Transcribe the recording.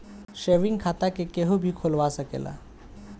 saving खाता केहू भी खोलवा सकेला